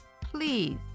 please